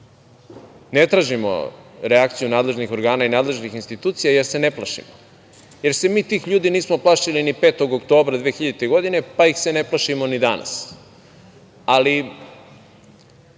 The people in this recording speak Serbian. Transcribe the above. ne tražimo reakciju nadležnih organa i nadležnih institucija, jer se ne plašimo, jer se mi tih ljudi nismo plašili ni 5. oktobra 2000. godine, pa ih se ne plašimo ni danas, ali